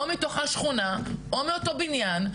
או מתוך השכונה או מאותו בניין,